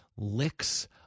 licks